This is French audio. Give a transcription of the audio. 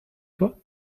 toi